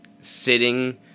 sitting